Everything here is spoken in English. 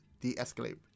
de-escalate